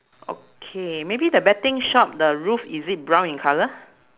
okay maybe the betting shop the roof is it brown in colour